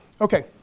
okay